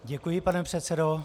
Děkuji, pane předsedo.